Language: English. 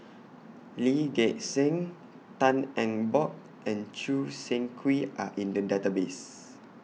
Lee Gek Seng Tan Eng Bock and Choo Seng Quee Are in The Database